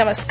नमस्कार